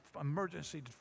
emergency